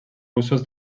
russos